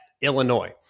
Illinois